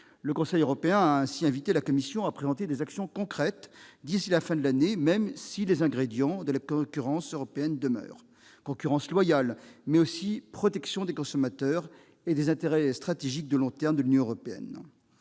Le Conseil européen a ainsi invité la Commission à présenter des « actions concrètes » d'ici à la fin de l'année, même si les ingrédients de la concurrence européenne demeurent : concurrence loyale, mais aussi protection des consommateurs et des intérêts stratégiques de long terme de l'Union européenne.